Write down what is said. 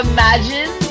Imagine